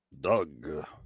Doug